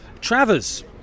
Travers